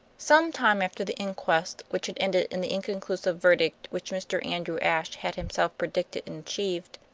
some time after the inquest, which had ended in the inconclusive verdict which mr. andrew ashe had himself predicted and achieved,